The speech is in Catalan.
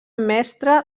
mestre